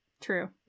true